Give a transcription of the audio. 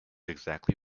exactly